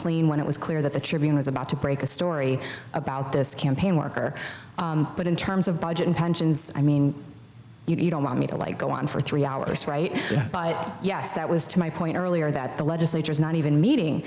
clean when it was clear that the tribune was about to break a story about this campaign worker but in terms of budget and pensions i mean you don't want me to like go on for three hours right yes that was to my point earlier that the legislature is not even meeting